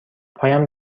پایم